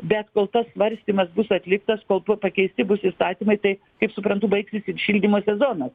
bet kol tas svarstymas bus atliktas kol pakeisti bus įstatymai tai kaip suprantu baigsis ir šildymo sezonas